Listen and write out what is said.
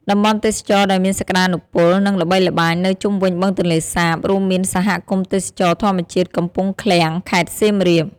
តំបន់ទេសចរដែលមានសក្តានុពល និងល្បីល្បាញនៅជុំវិញបឹងទន្លេសាបរួមមានសហគមន៍ទេសចរណ៍ធម្មជាតិកំពង់ឃ្លាំង ខេត្តសៀមរាប។